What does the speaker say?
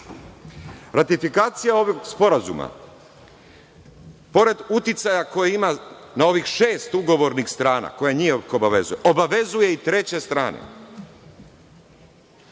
Tursku. Ratifikacija ovog Sporazuma, pored uticaja koji ima na ovih šest ugovornih strana koje njih obavezuje, obavezuje i treće strane,